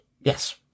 yes